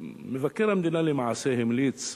מבקר המדינה למעשה המליץ,